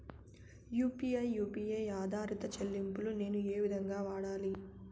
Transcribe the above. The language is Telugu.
యు.పి.ఐ యు పి ఐ ఆధారిత చెల్లింపులు నేను ఏ విధంగా వాడాలి?